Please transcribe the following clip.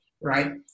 right